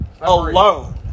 Alone